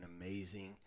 amazing